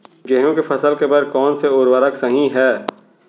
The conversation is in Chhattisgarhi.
गेहूँ के फसल के बर कोन से उर्वरक सही है?